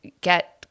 get